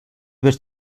vés